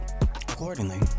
accordingly